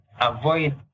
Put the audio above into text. avoid